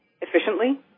efficiently